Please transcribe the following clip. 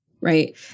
right